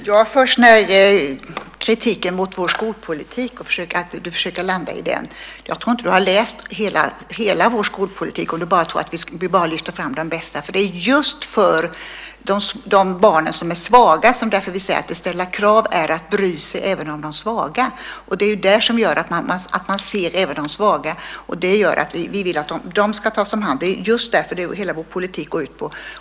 Herr talman! Morgan Johansson försöker få detta att landa i en kritik mot vår skolpolitik. Jag tror inte att du har läst hela vår skolpolitik om du tror att vi bara vill lyfta fram de bästa. Det är just för de svaga barnens skull som vi säger detta: Att ställa krav är att bry sig, även om de svaga. Det är ju det som gör att man ser även de svaga. Att de ska tas om hand är just vad hela vår politik går ut på.